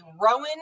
Rowan